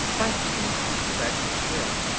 thanked them both for their good-will,